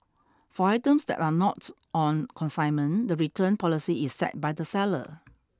for items that are not on consignment the return policy is set by the seller